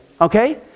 Okay